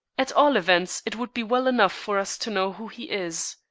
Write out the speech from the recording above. at all events it would be well enough for us to know who he is.